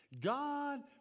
God